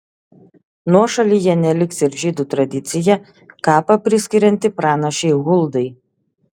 nuošalyje neliks ir žydų tradicija kapą priskirianti pranašei huldai